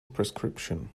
prescription